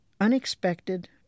unexpected